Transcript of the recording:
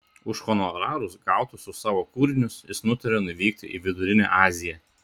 už honorarus gautus už savo kūrinius jis nutarė nuvykti į vidurinę aziją